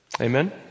Amen